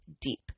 deep